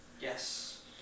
Yes